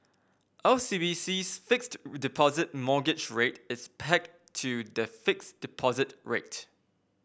OCBC's Fixed Deposit Mortgage Rate is pegged to the fixed deposit rate